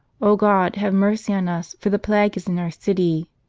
o god, have mercy on us, for the plague is in our city!